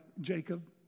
Jacob